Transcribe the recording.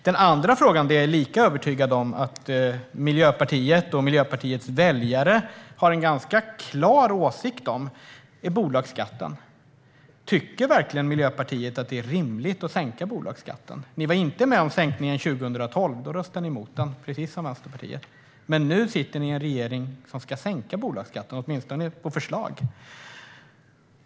Den andra frågan som jag är lika övertygad om att Miljöpartiet och Miljöpartiets väljare har en ganska klar åsikt om är bolagsskatten. Tycker Miljöpartiet verkligen att det är rimligt att sänka bolagsskatten? Ni var inte med på sänkningen 2012. Då röstade ni emot den, precis som Vänsterpartiet. Men nu sitter ni i en regering som ska sänka bolagsskatten - det är åtminstone ett förslag.